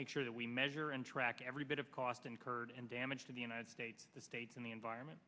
make sure that we measure and track every bit of cost incurred and damage to the united states the states in the environment